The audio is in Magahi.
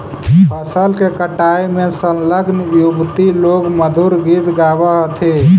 फसल के कटाई में संलग्न युवति लोग मधुर गीत गावऽ हथिन